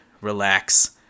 relax